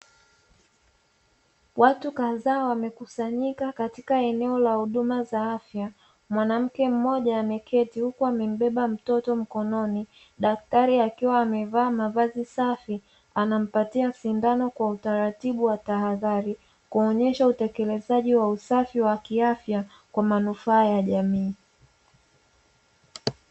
Watu kadhaa wamekusanyika katika eneo la huduma za afya, mwanamke mmoja ameketi huku amebeba mtoto mkononi, daktari akiwa amevaa mavazi safi anampatia sindano kwa utaritibu wa tahadhari kuonyesha utekelezaji wa usafi wa kiafya kwa manufaa ya jamii.